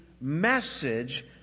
message